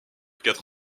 quatre